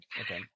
Okay